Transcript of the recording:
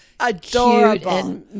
Adorable